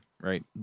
right